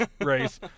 Race